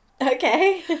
Okay